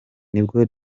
nibwo